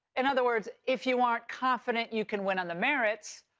in other words, if you aren't confident you can win on the merits,